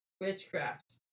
Witchcraft